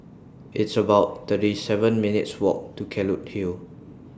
It's about thirty seven minutes' Walk to Kelulut Hill